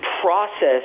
process